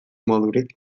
modurik